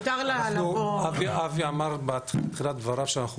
מותר לה לבוא --- אבי אמר בתחילת דבריו שאנחנו